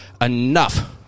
Enough